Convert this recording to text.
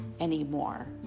anymore